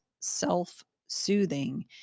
self-soothing